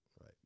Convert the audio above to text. right